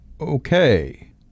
Okay